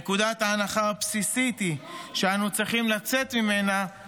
נקודת ההנחה הבסיסית שאנו צריכים לצאת ממנה היא